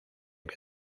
que